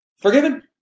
Forgiven